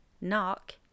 knock